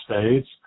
States